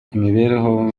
imibereho